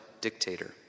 dictator